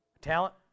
Talent